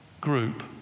group